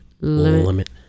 Limit